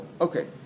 Okay